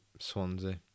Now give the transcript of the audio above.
Swansea